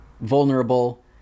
vulnerable